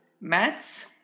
Maths